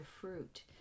fruit